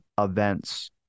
events